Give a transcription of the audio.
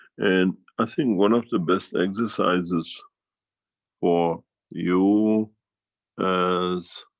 and i think one of the best exercises for you as